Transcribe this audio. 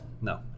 No